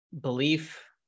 belief